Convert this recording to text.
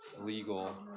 legal